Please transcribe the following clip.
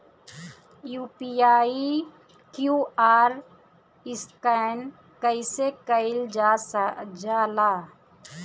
UPI QR scan कइसे कईल जा ला?